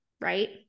right